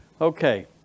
Okay